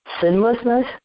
sinlessness